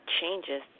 changes